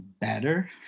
better